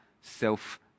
self